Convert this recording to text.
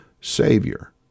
Savior